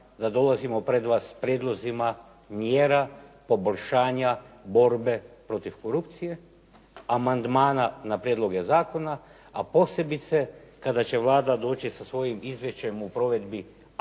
da dolazimo pred vas s prijedlozima mjera poboljšanja borbe protiv korupcije, amandmana na prijedloge zakona, a posebice kada će Vlada doći sa svojim izvješćem o provedbi